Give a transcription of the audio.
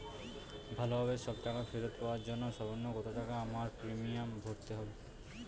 ভালোভাবে সব টাকা ফেরত পাওয়ার জন্য সর্বনিম্ন কতটাকা আমায় প্রিমিয়াম ভরতে হবে?